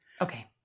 Okay